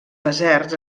deserts